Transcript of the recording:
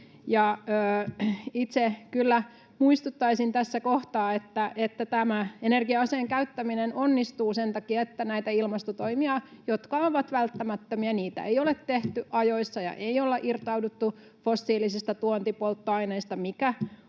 Itse kyllä muistuttaisin tässä kohtaa, että tämä energia-aseen käyttäminen onnistuu sen takia, että näitä ilmastotoimia, jotka ovat välttämättömiä, ei ole tehty ajoissa ja ei olla irtauduttu fossiilisista tuontipolttoaineista, mikä